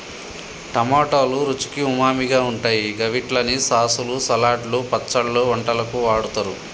టమాటోలు రుచికి ఉమామిగా ఉంటాయి గవిట్లని సాసులు, సలాడ్లు, పచ్చళ్లు, వంటలకు వాడుతరు